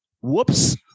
Whoops